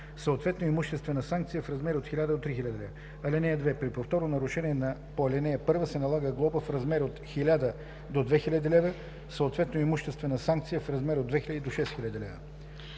съответно имуществена санкция в размер от 1000 до 3000 лв. (2) При повторно нарушение по ал. 1 се налага глоба в размер от 1000 до 2000 лв., съответно имуществена санкция в размер от 2000 до 6000 лв.“